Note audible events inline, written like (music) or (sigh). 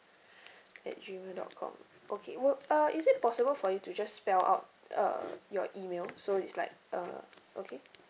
(breath) at Gmail dot com okay would uh is it possible for you to just spell out uh (noise) your email so it's like uh okay